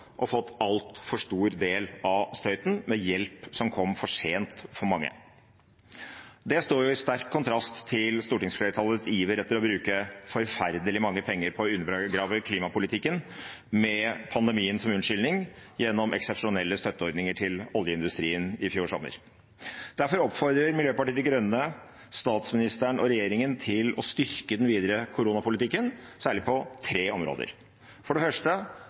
og fått en altfor stor del av støyten, med en hjelp som kom for sent for mange. Det står i sterk kontrast til stortingsflertallets iver etter å bruke forferdelig mange penger på å undergrave klimapolitikken med pandemien som unnskyldning gjennom eksepsjonelle støtteordninger til oljeindustrien i fjor sommer. Derfor oppfordrer Miljøpartiet De Grønne statsministeren og regjeringen til å styrke den videre koronapolitikken særlig på tre områder. For det første: